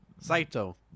Saito